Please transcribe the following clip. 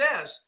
says